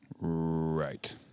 Right